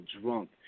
drunk